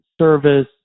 service